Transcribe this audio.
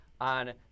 on